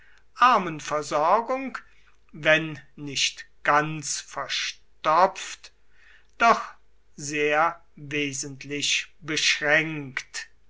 armenversorgung wenn nicht ganz verstopft doch sehr wesentlich beschränkt